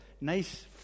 nice